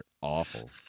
awful